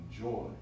joy